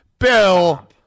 Bill